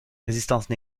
résistance